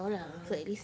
ah ah